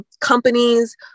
companies